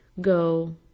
go